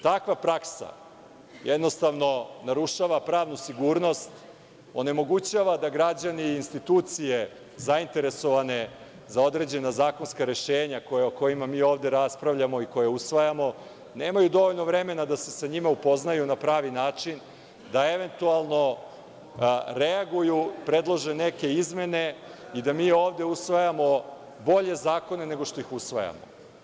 Takva praksa jednostavno narušava pravnu sigurnost, onemogućava da građani i institucije zainteresovane za određena zakonska rešenja o kojima ovde raspravljamo i koja usvajamo, nemaju dovoljno vremena da se sa njima upoznaju na pravi način, da eventualno reaguju, predlože neke izmene i da mi ovde usvajamo bolje zakone nego što ih usvajamo.